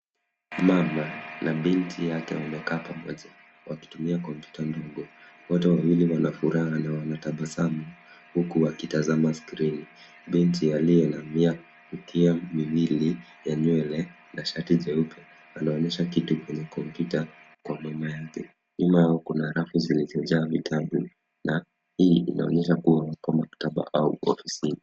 Mama na binti yake wamekaa pamoja wakitumia kompyuta ndogo. Wote wawili wanafuraha na wanatabasamu huku wakitazama skrini. Binti aliye na mikia miwili ya nywele na shati jeupe anaonyesha kitu kwenye kompyuta kwa mama yake. Nyuma yao kuna rafu zilizojaa vitabu na hii inaonyesha kuwa ni kwa maktaba au ofisini.